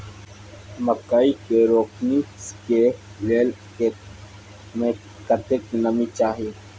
मकई के रोपनी के लेल खेत मे कतेक नमी चाही?